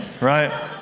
right